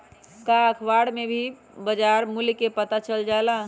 का अखबार से भी बजार मूल्य के पता चल जाला?